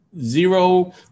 zero